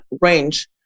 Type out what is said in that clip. range